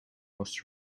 was